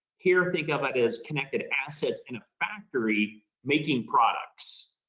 here, think of it as connected assets in a factory making products.